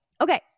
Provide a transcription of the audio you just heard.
Okay